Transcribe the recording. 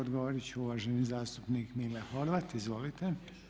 Odgovorit će uvaženi zastupnik Mile Horvat, izvolite.